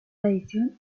tradición